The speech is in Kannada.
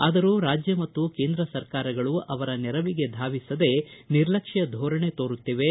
ಆದರೂ ರಾಜ್ಯ ಮತ್ತು ಕೇಂದ್ರ ಸರ್ಕಾರಗಳು ಅವರ ನೆರವಿಗೆ ಧಾವಿಸದೆ ನಿರ್ಲಕ್ಷ್ಯ ಧೋರಣೆ ತೋರುತ್ತಿವೆ